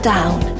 Down